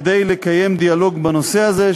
כדי לקיים דיאלוג בנושא הזה,